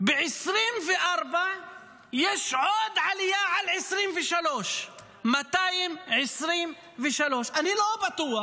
ב-2024 יש עוד עלייה על 2023, 223. אני לא בטוח,